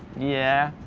yeah,